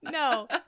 no